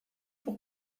pour